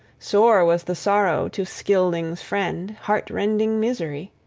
sore was the sorrow to scyldings'-friend, heart-rending misery.